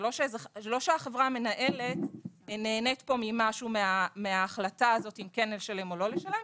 זה לא שהחברה המנהלת נהנית פה ממשהו מההחלטה הזו אם כן לשלם או לא לשלם.